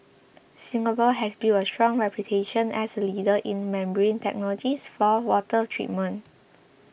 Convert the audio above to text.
Singapore has built a strong reputation as a leader in membrane technologies for water treatment